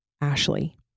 Ashley